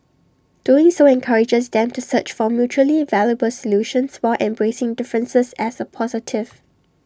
doing so encourages them to search for mutually valuable solutions while embracing differences as A positive